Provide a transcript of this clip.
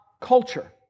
culture